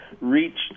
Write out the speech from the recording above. reached